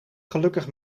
gelukkig